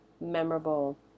memorable